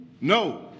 no